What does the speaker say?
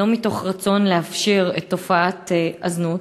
ולא מתוך רצון לאפשר את תופעת הזנות.